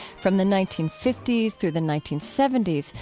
from the nineteen fifty s through the nineteen seventy s,